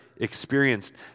experienced